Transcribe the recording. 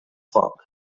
foc